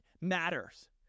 matters